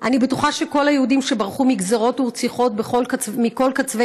אני חוזרת ואומרת זאת מעל כל במה